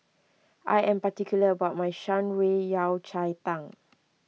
I am particular about my Shan Rui Yao Cai Tang